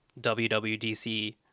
WWDC